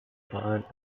verein